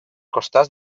costats